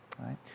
right